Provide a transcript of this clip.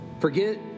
Forget